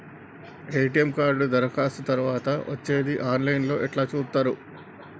ATM card దరఖాస్తు తరువాత వచ్చేది ఆన్ లైన్ లో ఎట్ల చూత్తరు?